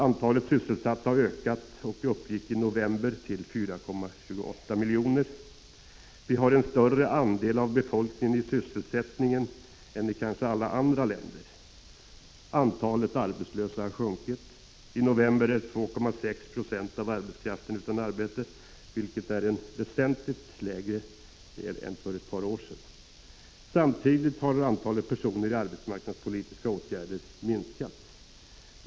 Antalet sysselsatta har ökat och uppgick i november till 4,28 miljoner. I Sverige har en större andel av befolkningen sysselsättning än i kanske alla andra länder. Antalet arbetslösa har sjunkit. I november var 2,6 96 av arbetskraften utan arbete, vilket är en väsentligt lägre siffra än för ett par år sedan. Samtidigt har antalet personer i arbetsmarknadspolitiska åtgärder minskat.